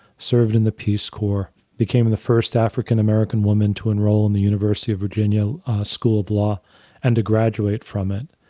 served in the peace corps, became the first african american woman to enroll in the university of virginia school of law and to graduate from it,